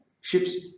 Ships